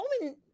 Roman